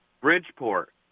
Bridgeport